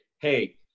hey